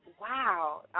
wow